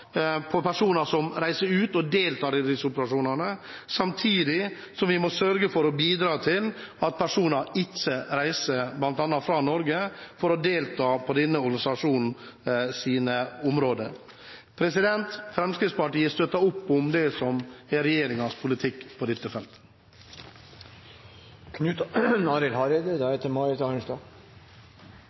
personer som reiser ut og deltar i disse operasjonene, samtidig som vi må sørge for å bidra til at personer ikke reiser fra bl.a. Norge for å delta i denne organisasjonens områder. Fremskrittspartiet støtter opp om regjeringens politikk på dette feltet.